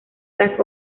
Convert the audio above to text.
las